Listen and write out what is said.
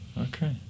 Okay